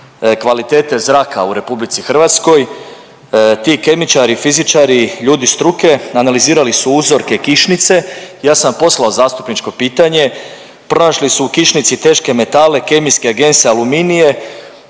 kvalitete zraka u RH. Ti kemičari i fizičari ljudi struke analizirali su uzroke kišnice, ja sam vam poslao zastupničko pitanje, pronašli su u kišnici teške metale, kemijske agense aluminije